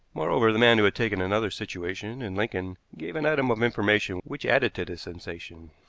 moreover, the man who had taken another situation in lincoln gave an item of information which added to the sensation.